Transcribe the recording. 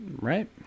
Right